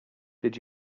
did